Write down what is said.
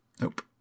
nope